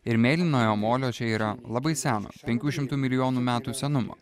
ir mėlynojo molio čia yra labai seno penkių šimtų milijonų metų senumo